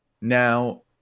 Now